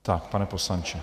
Tak, pane poslanče.